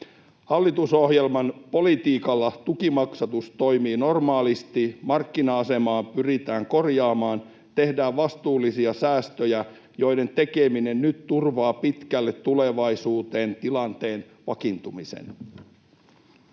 Hallitusohjelman politiikalla tukimaksatus toimii normaalisti, markkina-asemaa pyritään korjaamaan, tehdään vastuullisia säästöjä, joiden tekeminen nyt turvaa pitkälle tulevaisuuteen tilanteen vakiintumisen.